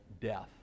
death